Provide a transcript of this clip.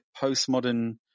postmodern